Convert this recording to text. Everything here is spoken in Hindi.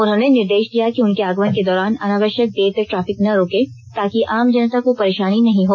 उन्होंने निर्देश दिया कि उनके आगमन के दौरान अनावश्यक देर तक ट्रैफिक न रोकें ताकि आम जनता को परेशानी नहीं हो